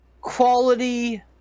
quality